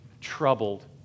troubled